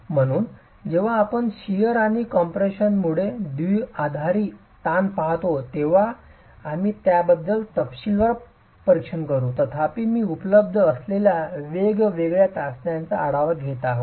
म्हणून जेव्हा आपण शिअर आणि कम्प्रेशनमुळे द्विआधारी ताण पाहतो तेव्हा आम्ही त्याबद्दल तपशीलवार परीक्षण करू तथापि मी उपलब्ध असलेल्या वेगवेगळ्या चाचण्यांचा आढावा घेत आहे